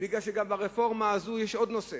כי גם ברפורמה הזאת יש עוד נושא